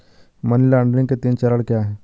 Money laundering के तीन चरण क्या हैं?